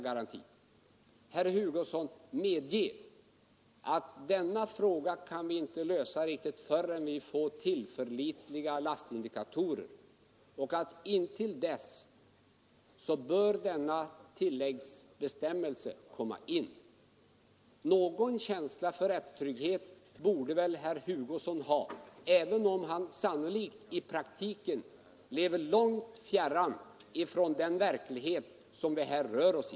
Medge, herr Hugosson, att vi inte kan lösa detta problem riktigt, förrän vi får tillförlitliga lastindikatorer och att denna tilläggsbestämmelse intill dess bör finnas med. Någon känsla för rättstrygghet borde väl herr Hugosson ha, även om han sannolikt i praktiken lever ganska fjärran från den verklighet vi här rör oss i.